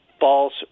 false